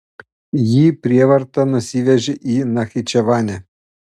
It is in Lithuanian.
jį prievarta nusivežė į nachičevanę